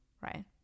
right